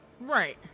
right